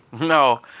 No